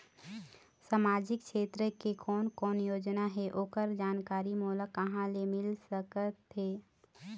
सामाजिक क्षेत्र के कोन कोन योजना हे ओकर जानकारी मोला कहा ले मिल सका थे?